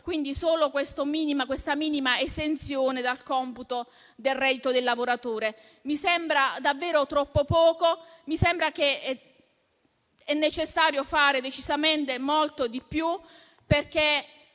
dando solo questa minima esenzione dal computo del reddito del lavoratore. Mi sembra davvero troppo poco e che sia necessario fare decisamente molto di più, perché